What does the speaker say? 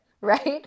right